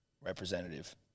representative